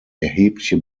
erhebliche